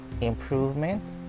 improvement